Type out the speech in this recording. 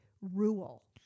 rule